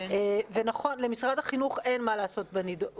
גם משרד החינוך יכול להגיד,